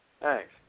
Thanks